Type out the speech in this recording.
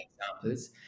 examples